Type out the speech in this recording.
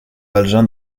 valjean